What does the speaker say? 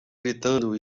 gritando